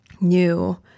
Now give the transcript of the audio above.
new